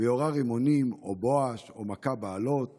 ויורה רימונים או בואש או מכה באלות